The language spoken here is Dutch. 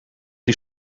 die